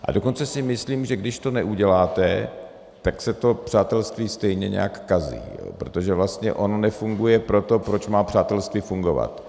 A dokonce si myslím, že když to neuděláte, tak se to přátelství stejně nějak kazí, protože vlastně ono nefunguje pro to, proč má přátelství fungovat.